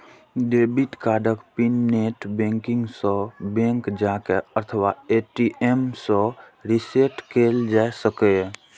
debit कार्डक PIN net banking सं, bank जाके अथवा ए.टी.एम सं रीसेट कैल जा सकैए